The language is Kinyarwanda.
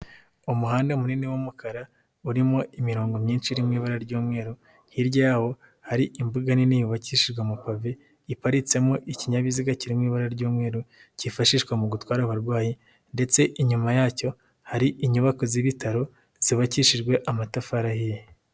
Umuhanda munini w'umukara urimo imirongo myinshi irimo ibara ry'umweru, hirya yawo hari imbuga nini yubakishaga amapave, iparitsemo ikinyabiziga kiri mu ibara ry'umweru, kifashishwa mu gutwara abarwayi ndetse inyuma yacyo hari inyubako z'ibitaro zubakishijwe amatafari ahiye.